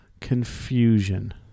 confusion